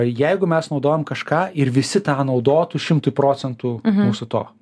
jeigu mes naudojam kažką ir visi tą naudotų šimtui procentų mūsų to